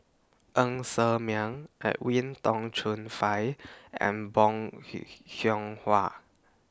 Ng Ser Miang Edwin Tong Chun Fai and Bong Hiong Hwa